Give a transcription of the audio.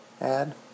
add